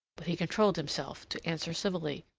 but he controlled himself to answer civilly